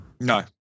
No